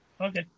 Okay